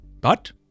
But